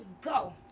go